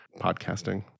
podcasting